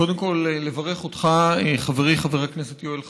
קודם כול לברך אותך, חברי חבר הכנסת יואל חסון: